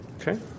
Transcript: Okay